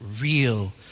real